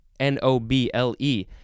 N-O-B-L-E